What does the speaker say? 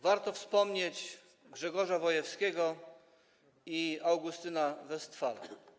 Warto wspomnieć Grzegorza Wojewskiego i Augustyna Westphala.